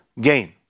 gain